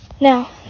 Now